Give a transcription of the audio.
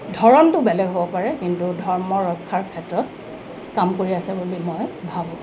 ধৰণটো বেলেগ হ'ব পাৰে কিন্তু ধৰ্ম ৰক্ষাৰ ক্ষেত্ৰত কাম কৰি আছে বুলি মই ভাবোঁ